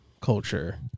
culture